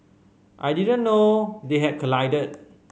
I didn't know they had collided